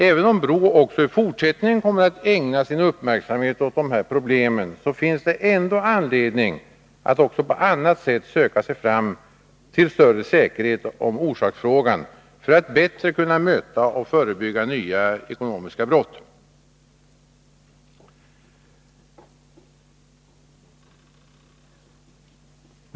Även om BRÅ också i fortsättningen kommer att ägna sin uppmärksamhet åt de här problemen, finns det anledning att också på annat sätt söka sig fram tillstörre säkerhet om orsakerna för att bättre kunna möta och förebygga nya ekonomiska brott.